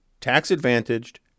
tax-advantaged